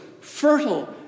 fertile